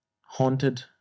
haunted